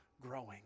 growing